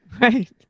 Right